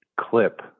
clip